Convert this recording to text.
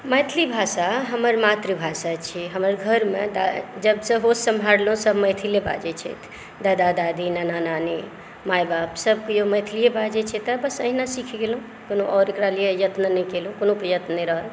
मैथिली भाषा हमर मातृभाषा छी हमर घरमे जबसँ होश सम्हारलहुॅं सब मैथिलीये बाजै छथि दादा दादी नाना नानी माए बाप सब कियो मैथिलीये बाजै छै तैं बस एहिना सीख गेलहुॅं कोनो आओर एकरा लिये यत्न नहि कएलहुॅं कोनो प्रयत्न नहि रहल